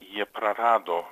jie prarado